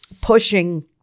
pushing